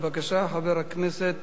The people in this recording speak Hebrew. בבקשה, חבר הכנסת